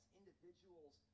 individuals